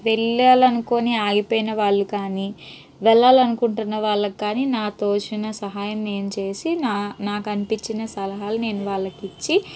వెళ్ళాలనుకొని ఆగిపోయిన వాళ్ళు కానీ వెళ్ళాలనుకుంటున్న వాళ్ళకు కానీ నాకు తోచిన సహాయం నేను చేసి నా నాకు అనిపించిన సలహాలు నేను వాళ్ళకి ఇచ్చి